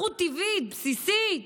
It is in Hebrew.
זכות טבעית בסיסית,